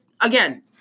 again